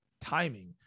timing